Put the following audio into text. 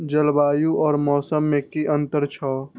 जलवायु और मौसम में कि अंतर छै?